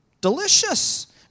delicious